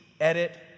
edit